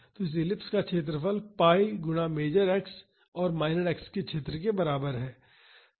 और इस एलिप्स का क्षेत्रफल pi गुना मेजर अक्ष और माइनर अक्ष के बराबर है